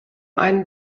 einen